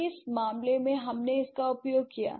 और किस मामले में हमने इसका उपयोग किया